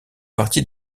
partie